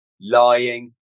lying